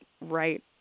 right